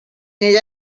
ella